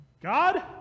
God